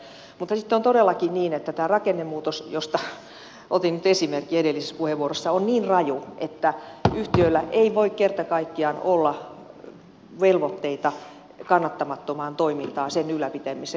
mutta sitten on todellakin niin että tämä rakennemuutos josta otin nyt esimerkin edellisessä puheenvuorossa on niin raju että yhtiöillä ei voi kerta kaikkiaan olla velvoitteita kannattamattomaan toimintaan sen ylläpitämiseen